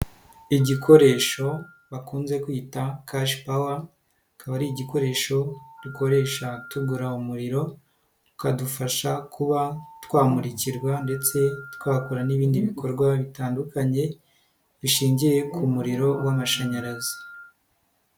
Igikoresho bakunze kwita kashi pawa akaba ari igikoresho dukoresha tugura umuriro ukadufasha kuba twamurikirwa ndetse twakora n'ibindi bikorwa bitandukanye bishingiye ku muriro w'amashanyarazi.